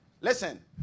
Listen